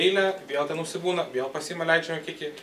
eilę vėl ten užsibūna vėl pasiima leidžiamą kiekį